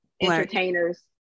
entertainers